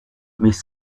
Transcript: mais